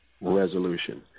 Resolution